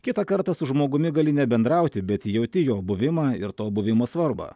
kitą kartą su žmogumi gali nebendrauti bet jauti jo buvimą ir to buvimo svarbą